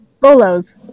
Bolos